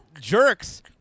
jerks